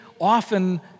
often